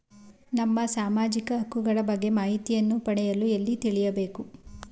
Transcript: ನಮ್ಮ ಸಾಮಾಜಿಕ ಹಕ್ಕುಗಳ ಬಗ್ಗೆ ಮಾಹಿತಿಯನ್ನು ಪಡೆಯಲು ಎಲ್ಲಿ ತಿಳಿಯಬೇಕು?